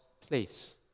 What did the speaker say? place